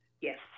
Yes